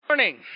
morning